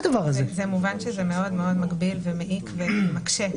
כמובן זה מאוד מאוד מגביל, מעיק ומקשה.